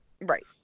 right